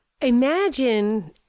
Imagine